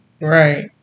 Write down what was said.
Right